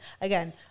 again